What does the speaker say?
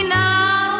now